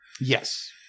Yes